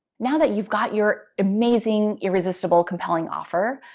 now that you've got your amazing, irresistible compelling offer,